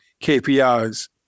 KPIs